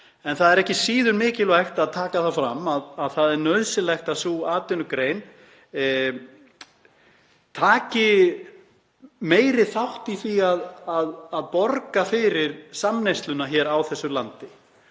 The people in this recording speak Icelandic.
En það er ekki síður mikilvægt að taka það fram að það er nauðsynlegt að sú atvinnugrein taki meiri þátt í því að borga fyrir samneysluna hér á þessu landi.